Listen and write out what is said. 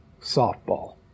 Softball